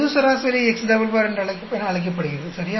பொது சராசரி என அழைக்கப்படுகிறது சரியா